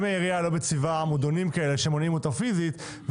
מה קורה אם העירייה לא מציבה עמודונים כאלה שמונעים כניסתם פיזית?